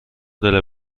della